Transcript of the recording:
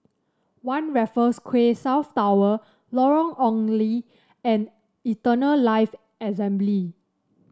One Raffles Quay South Tower Lorong Ong Lye and Eternal Life Assembly